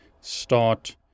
start